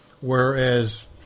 Whereas